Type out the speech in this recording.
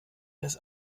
des